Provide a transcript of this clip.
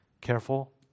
careful